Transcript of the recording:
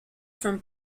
from